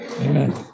Amen